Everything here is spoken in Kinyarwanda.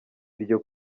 iryo